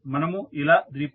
మనము ఇలా రీప్లేస్ చేయగలం